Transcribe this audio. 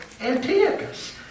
Antiochus